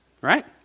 Right